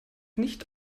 nicht